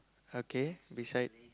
okay beside